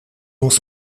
was